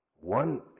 One